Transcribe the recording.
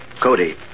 Cody